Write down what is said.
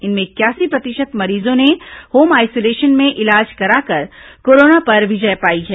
इनमें इकयासी प्रतिशत मरीजों ने होम आइसोलेशन में इलाज कराकर कोरोना पर विजय पाई है